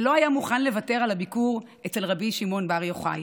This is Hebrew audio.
שלא היה מוכן לוותר על הביקור אצל רבי שמעון בר יוחאי.